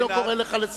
אני לא קורא לך לסדר.